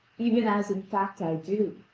even as in fact i do.